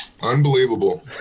Unbelievable